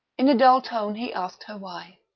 in a dull tone he asked her why.